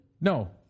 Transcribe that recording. No